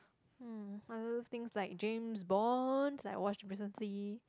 um I love things like James-Bond like I watched recently